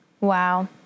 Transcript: Wow